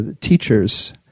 teachers